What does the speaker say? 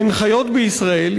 הן חיות בישראל,